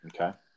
Okay